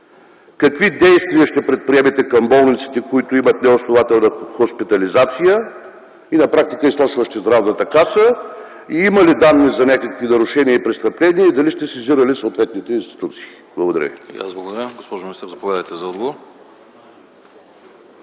Какви действия ще предприемете към болниците, които имат неоснователна хоспитализация и на практика източващи Здравната каса и има ли данни за някакви нарушения и престъпления? Дали сте сезирали съответните институции? Благодаря